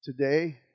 today